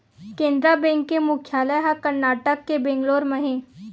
Canara bank के मुख्यालय ह करनाटक के बेंगलोर म हे